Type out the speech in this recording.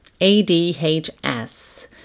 ADHS